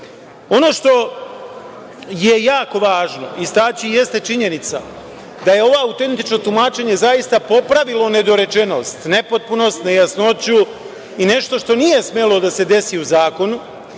što je jako važno istaći jeste činjenica da je ovo autentično tumačenje zaista popravilo nedorečenost, nepotpunost, nejasnoću i nešto što nije smelo da se desi u zakonu,